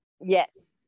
Yes